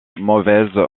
mauvaise